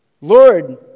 Lord